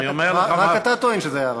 אני אומר לך מה, רק אתה טוען שזה היה ערבים.